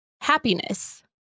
Happiness